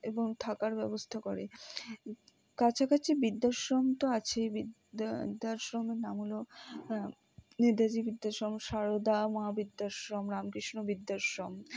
এবং থাকার ব্যবস্থা করে কাছাকাছি বৃদ্ধাশ্রম তো আছেই বৃদ্ধাশ্রমের নাম হলো নেতাজী বৃদ্ধাশ্রম সারদা মা বৃদ্ধাশ্রম রামকৃষ্ণ বৃদ্ধাশ্রম